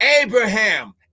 Abraham